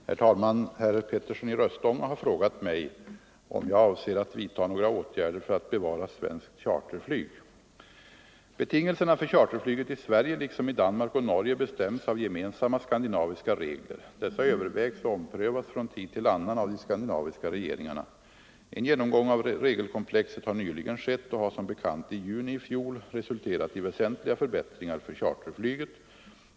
intagna fråga, nr 12, och anförde: Om åtgärder för att Herr talman! Herr Petersson i Röstånga har frågat mig om jag avser = bevara svenskt att vidtaga några åtgärder för att bevara svenskt charterflyg. charterflyg Betingelserna för charterflyget i Sverige liksom i Danmark och Norge bestäms av gemensamma skandinaviska regler. Dessa övervägs och omprövas från tid till annan av de skandinaviska regeringarna. En genomgång av regelkomplexet har nyligen skett och har som bekant i juni i fjol resulterat i väsentliga förbättringar för charterflyget.